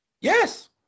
Yes